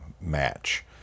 match